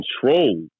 control